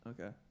Okay